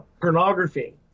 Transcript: pornography